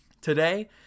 today